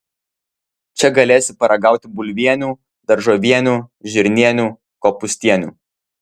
čia galėsi paragauti bulvienių daržovienių žirnienių kopūstienių